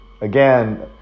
again